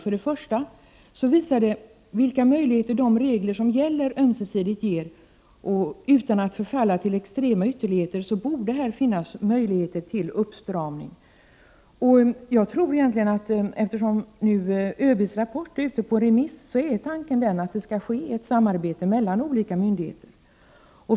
För det första illustrerar citatet vilka möjligheter de regler som gäller ger. Och utan att förfalla till extrema ytterligheter så borde det här finnas möjligheter till uppstramning. Eftersom ÖB:s rapport är ute på remiss är tanken att det skall ske ett samarbete mellan olika myndigheter.